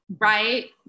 right